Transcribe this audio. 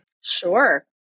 Sure